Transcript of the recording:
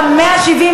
לסעיף